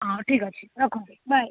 ହଁ ଠିକ ଅଛି ରଖନ୍ତୁ ବାଏ